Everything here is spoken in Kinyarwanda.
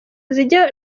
zijya